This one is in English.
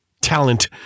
talent